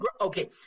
Okay